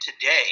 today